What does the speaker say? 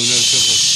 אדוני היושב-ראש.